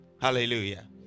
Hallelujah